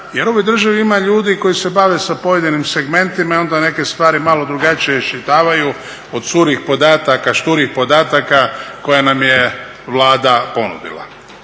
jer u ovoj državi ima ljudi koji se bave sa pojedinim segmentima i onda neke stvari malo drugačije iščitavaju od surih podataka, šturih podataka koja nam je Vlada ponudila.